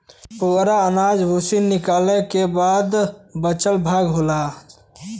पुवरा अनाज और भूसी निकालय क बाद बचल भाग होला